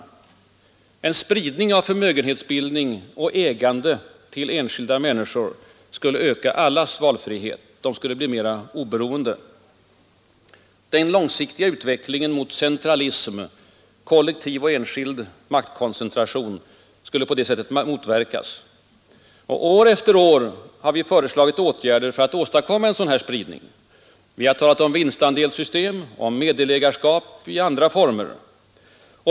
En spridning av förmögenhetsbildning och ägande till enskilda människor skulle öka allas valfrihet. De skulle bli mera oberoende. Den långsiktiga utvecklingen mot centralism, kollektiv och enskild maktkoncentration skulle på det sättet motverkas. År efter år har vi föreslagit åtgärder för att åstadkomma en sådan spridning. Vi har talat om vinstandelssystem, om meddelägarskap i andra former.